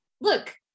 look